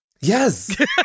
Yes